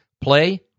play